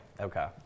Okay